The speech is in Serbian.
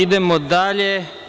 Idemo dalje.